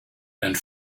and